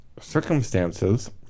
circumstances